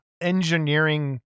engineering